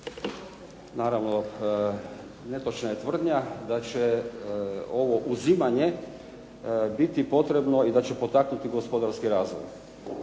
Naravno netočna je tvrdnja da će ovo uzimanje biti potrebno i da će potaknuti gospodarski razvoj.